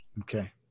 Okay